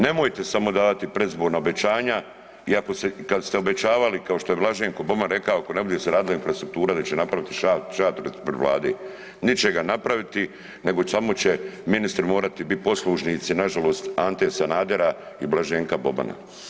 Nemojte samo davati predizborna obećanja i ako ste, kad ste obećavali, kao što je Blaženko Boban rekao, ako ne bude se radila infrastruktura, da će napraviti šator ispred Vlade, nit će ga napraviti nego samo će ministri morat biti poslušnici nažalost Ante Sanadera i Blaženka Bobana.